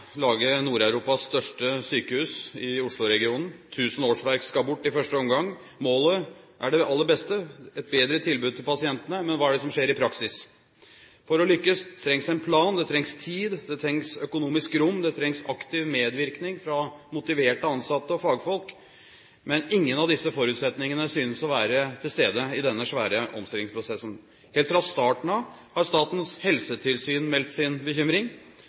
det aller beste: et bedre tilbud til pasientene, men hva er det som skjer i praksis? For å lykkes trengs en plan, det trengs tid, det trengs økonomisk rom, og det trengs aktiv medvirkning fra motiverte ansatte og fagfolk, men ingen av disse forutsetningene synes å være til stede i denne svære omstillingsprosessen. Helt fra starten av har Statens helsetilsyn meldt sin bekymring.